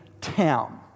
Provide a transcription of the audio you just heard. town